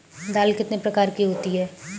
दाल कितने प्रकार की होती है?